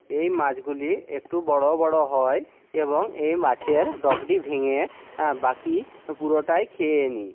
এই মাছগুলি একটু বড় বড় হয় এবং এই মাছের ডগাটি ভেঙে বাকি পুরোটাই খেয়ে নিই